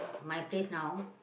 my place now